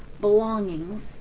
belongings